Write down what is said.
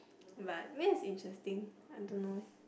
but meh is interesting I don't know